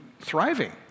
thriving